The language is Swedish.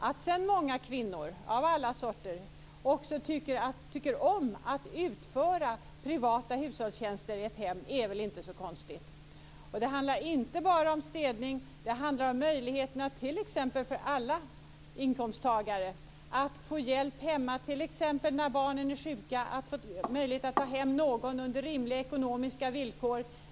Att sedan många kvinnor av alla sorter tycker om att utföra privata hushållstjänster i ett hem är väl inte så konstigt. Det handlar inte bara om städning, utan det gäller en möjlighet för alla inkomsttagare att under rimliga ekonomiska villkor få hjälp hemma, t.ex. när barnen är sjuka.